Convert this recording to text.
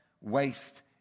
waste